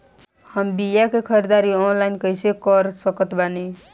हम बीया के ख़रीदारी ऑनलाइन कैसे कर सकत बानी?